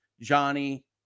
Johnny